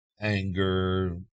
anger